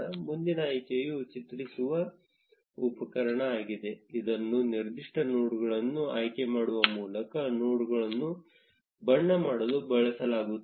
ಮುಂದಿನ ಆಯ್ಕೆಯು ಚಿತ್ರಿಸುವ ಉಪಕರಣ ಆಗಿದೆ ಇದನ್ನು ನಿರ್ದಿಷ್ಟ ನೋಡ್ಗಳನ್ನು ಆಯ್ಕೆ ಮಾಡುವ ಮೂಲಕ ನೋಡ್ಗಳನ್ನು ಬಣ್ಣ ಮಾಡಲು ಬಳಸಲಾಗುತ್ತದೆ